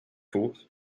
thought